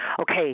okay